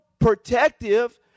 protective